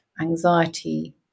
Anxiety